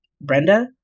Brenda